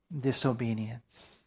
disobedience